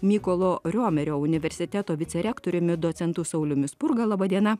mykolo romerio universiteto vicerektoriumi docentu sauliumi spurga laba diena